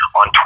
on